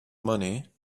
money